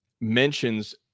mentions